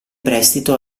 prestito